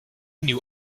new